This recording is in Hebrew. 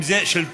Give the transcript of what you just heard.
אם זה הרשות,